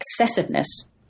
excessiveness